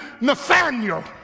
Nathaniel